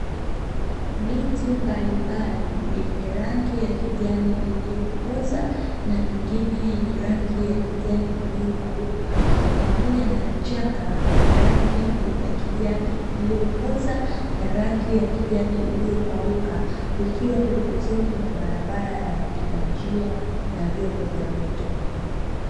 Miti mbalimbali yenye rangi ya kijani iliyokooza na mingine yenye rangi ya kijani iliyopauka pamoja na vichaka vyenye rangi ya kijani iliyokooza na rangi ya kijani iliyopauka, vikiwa pembezoni mwa barabara ya wapita njia na vyombo vya moto.